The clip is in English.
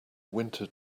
winter